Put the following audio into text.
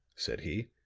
said he,